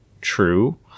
true